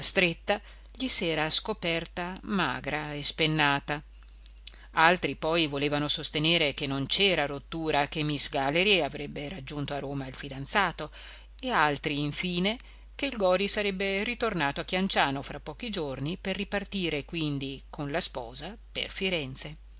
stretta gli s'era scoperta magra e spennata altri poi volevano sostenere che non c'era rottura che miss galley avrebbe raggiunto a roma il fidanzato e altri infine che il gori sarebbe ritornato a chianciano fra pochi giorni per ripartire quindi con la sposa per firenze